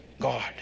God